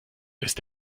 ist